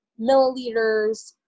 milliliters